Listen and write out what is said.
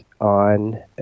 on